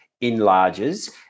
enlarges